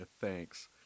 thanks